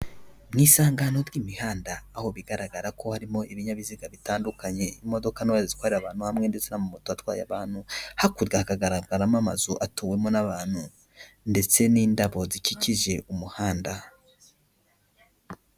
Mu isangano ry'imihanda aho bigaragara ko harimo ibinyabiziga bitandukanye, imodoka nto zitwara abantu hamwe ndetse na amamoto atwaye abantu, hakurya hagaragaramo amazu atuwemo n'abantu ndetse n'indabo zikikije umuhanda.